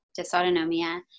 dysautonomia